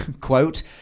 quote